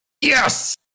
Yes